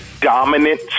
dominant